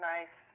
Nice